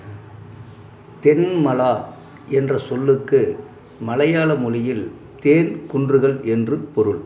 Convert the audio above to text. தென்மலா என்ற சொல்லுக்கு மலையாள மொழியில் தேன் குன்றுதல் என்று பொருள்